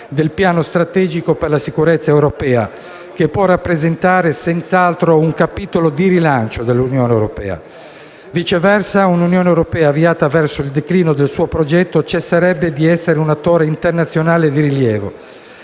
del Piano strategico per la sicurezza europea, che può rappresentare senz'altro un capitolo di rilancio dell'Unione europea. Viceversa, un'Unione europea avviata verso il declino del suo progetto cesserebbe di essere un attore internazionale di rilievo